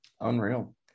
Unreal